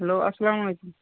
hello اَسلام علیکُم